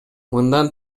мындан